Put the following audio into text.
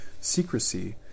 secrecy